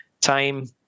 time